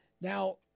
now